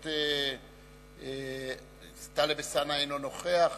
הכנסת טלב אלסאנע, אינו נוכח.